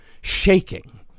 shaking